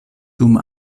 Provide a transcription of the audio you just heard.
dum